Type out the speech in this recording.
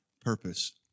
purpose